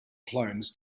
clones